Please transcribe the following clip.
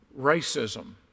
Racism